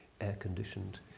air-conditioned